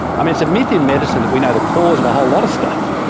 i mean, it's a myth in medicine that we know the cause of a whole lot of stuff.